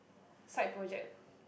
side project